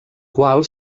qual